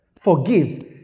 forgive